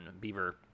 beaver